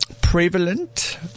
prevalent